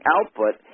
output